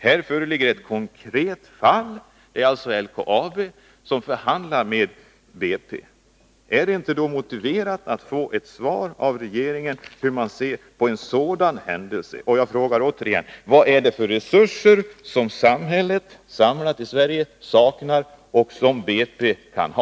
Här föreligger ett konkret fall — LKAB förhandlar med BP. Är det inte då motiverat att regeringen ger ett svar på frågan hur den ser på en sådan händelse? Jag frågar återigen: Vad är det för resurser som samhället totalt i Sverige saknar och som BP kan ha?